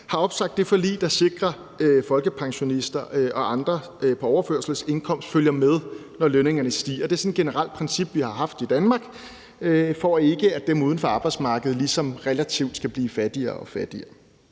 har opsagt det forlig, der sikrer, at folkepensionister og andre på overførselsindkomst følger med, når lønningerne stiger. Det er sådan et generelt princip, vi har haft i Danmark, for at dem uden for arbejdsmarkedet ikke ligesom relativt skal blive fattigere og fattigere.